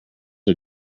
are